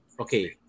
Okay